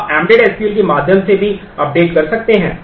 आप embedded SQL के माध्यम से भी अपडेट कर सकते हैं